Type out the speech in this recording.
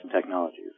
technologies